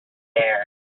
air